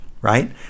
right